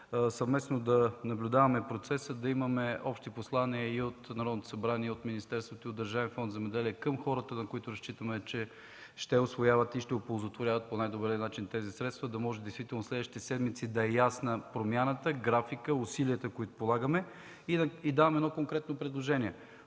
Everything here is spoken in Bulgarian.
съвместно да наблюдаваме процеса, да имаме общи послания от Народното събрание, от министерството и от Държавен фонд „Земеделие” към хората, на които разчитаме, че ще усвояват и ще оползотворяват по най-добрия начин тези средства, за да може действително следващите седмици да са ясни промяната, графика, усилията, които полагаме. Давам едно конкретно предложение: